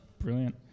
Brilliant